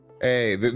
Hey